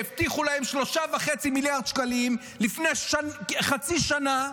שהבטיחו להם 3.5 מיליארד שקלים לפני חצי שנה,